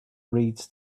reeds